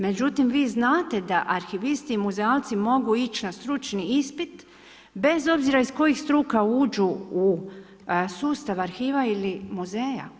Međutim, vi znate da arhivisti i muzealci mogu ići na stručni ispit bez obzira iz kojih struka uđu u sustav arhiva ili muzeja.